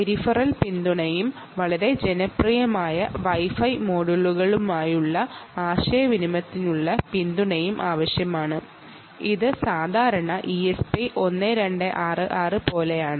peripheral പിന്തുണയും വളരെ ജനപ്രിയമായ വൈ ഫൈ മൊഡ്യൂളുകളിലൂടെയുള്ള ആശയവിനിമയത്തിനുള്ള പിന്തുണയും ആവശ്യമാണ് ഇത് സാധാരണ ESP I266 പോലെയാണ്